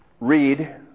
read